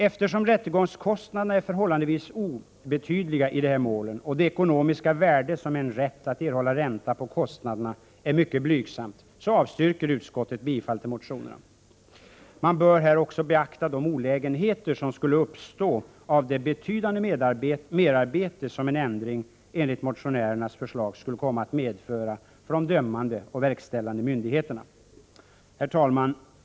Eftersom rättegångskostnaderna är förhållandevis obetydliga i de här målen och det ekonomiska värdet av en rätt att erhålla ränta på kostnaderna är mycket blygsamt, avstyrker utskottet bifall till de motioner som väckts i frågan. Man bör också beakta de olägenheter som skulle uppstå av det betydande merarbete som en ändring enligt motionärernas förslag skulle komma att medföra för de dömande och verkställande myndigheterna. 61 Herr talman!